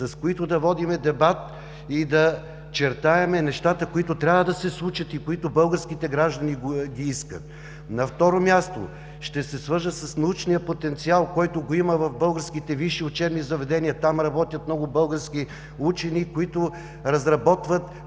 с които да водим дебат и да чертаем нещата, които трябва да се случат и които българските граждани ги искат. На второ място, ще се свържа с научния потенциал в българските висши учебни заведения – там работят много български учени, които разработват